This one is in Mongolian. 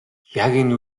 энэ